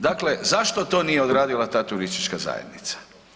Dakle, zašto to nije odradila ta turistička zajednica?